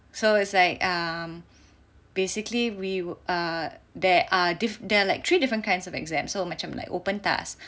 so it's like um basically we were err there are there are like three different kinds of exam so macam like open task